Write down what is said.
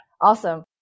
Awesome